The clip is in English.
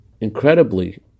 Incredibly